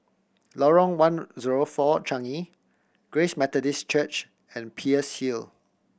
Lorong One Zero Four Changi Grace Methodist Church and Peirce Hill